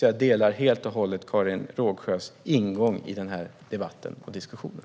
Jag delar helt och hållet Karin Rågsjös ingång i debatten och diskussionen.